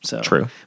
True